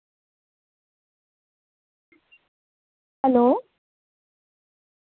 hello